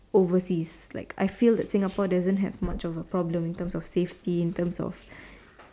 overseas like I feel that Singapore doesn't have much of a problem in terms of safety in terms of